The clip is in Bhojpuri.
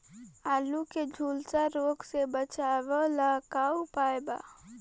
आलू के झुलसा रोग से बचाव ला का उपाय बा?